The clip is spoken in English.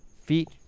feet